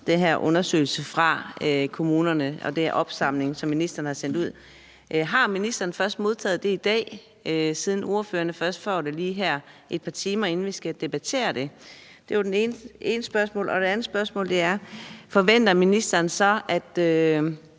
den her undersøgelse fra kommunerne og den opsamling, som ministeren har sendt ud: Har ministeren først modtaget det i dag, siden ordførerne først får det, lige et par timer inden vi skal debattere det? Det var det ene spørgsmål. Det andet spørgsmål er: Forventer ministeren så, at